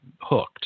hooked